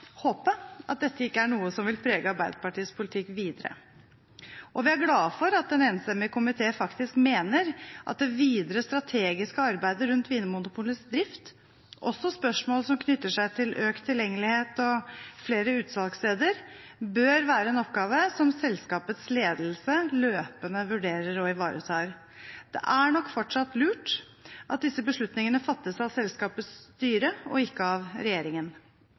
håpe at dette ikke er noe som vil prege Arbeiderpartiets politikk videre. Vi er glade for at en enstemmig komité faktisk mener det videre strategiske arbeidet rundt Vinmonopolets drift, også spørsmål som knytter seg til økt tilgjengelighet og flere utsalgssteder, bør være en oppgave som selskapets ledelse løpende vurderer og ivaretar. Det er nok fortsatt lurt at disse beslutningene fattes av selskapets styre, og ikke av